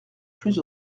plus